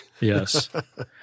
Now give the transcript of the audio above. Yes